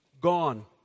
gone